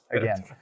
again